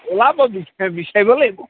ওলাব বিচাৰিব লাগিব